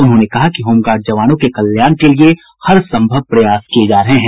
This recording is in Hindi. उन्होंने कहा कि होमगार्ड जवानों के कल्याण के लिये हर संभव प्रयास किये जा रहे हैं